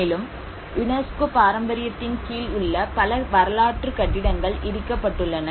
மேலும் யுனெஸ்கோ பாரம்பரியத்தின் கீழ் உள்ள பல வரலாற்று கட்டிடங்கள் இடிக்கப்பட்டுள்ளன